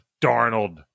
Darnold